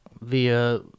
via